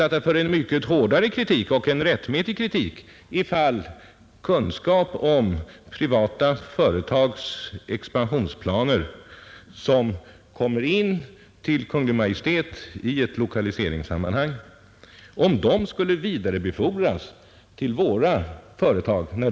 Det är ju just sådant som det har påståtts att det finns risker för. För övrigt nämndes också Norrlandslokalisering som en möjlighet, vilken emellertid avvisades av företaget.